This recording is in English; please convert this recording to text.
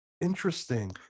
interesting